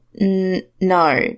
No